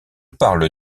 parle